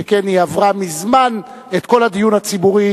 שכן היא עברה מזמן את כל הדיון הציבורי